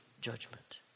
judgment